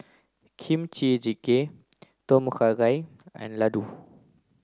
Kimchi Jjigae Tom Kha Gai and Ladoo